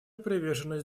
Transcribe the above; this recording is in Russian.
приверженность